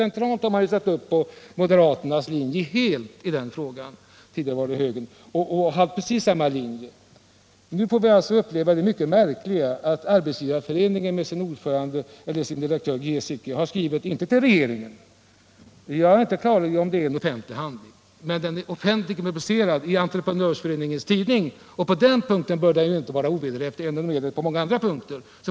Centralt har man emellertid helt ställt upp på moderaternas — tidigare var det högerns — linje i den frågan. Torsdagen den ; RE ; EE Nu får vi alltså uppleva det mycket märkliga att Arbetsgivareföreningen — oo oo med sin direktör, herr Giesecke, har skrivit till partiledarna om detta Den ekonomiska — men inte till regeringen. Det är inte klart om det är en offentlig handling, politiken men den är offentligt publicerad i entreprenörföreningens tidning. På denna punkt bör den inte vara ovederhäftig, även om den är det på många andra punkter.